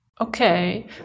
Okay